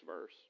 verse